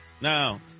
Now